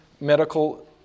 medical